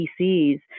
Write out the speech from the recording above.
PCs